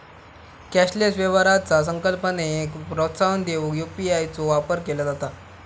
cashless व्यवहाराचा संकल्पनेक प्रोत्साहन देऊक यू.पी.आय चो वापर केला जाता